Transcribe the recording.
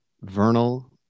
vernal